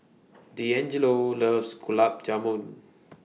Deangelo loves Gulab Jamun